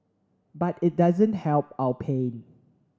but it doesn't help our pain